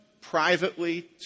privately